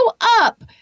up